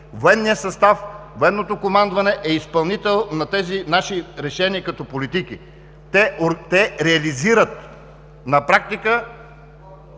Военният състав, военното командване е изпълнител на тези наши решения като политики. Те реализират на практика